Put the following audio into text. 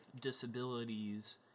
disabilities